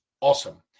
awesome